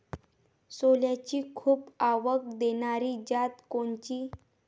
सोल्याची खूप आवक देनारी जात कोनची?